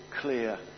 clear